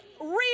real